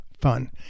fun